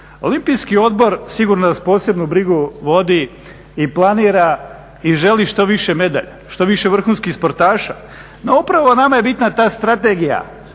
Olimpijski odbor sigurno posebnu brigu vodi i planira i želi što više medalja, što više vrhunskih športaša, no upravo nama je bitna ta strategija